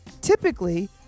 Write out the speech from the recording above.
Typically